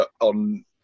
on